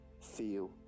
feel